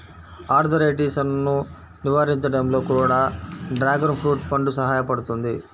ఆర్థరైటిసన్ను నివారించడంలో కూడా డ్రాగన్ ఫ్రూట్ పండు సహాయపడుతుంది